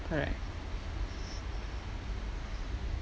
correct